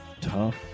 Tough